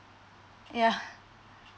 yeah